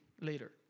later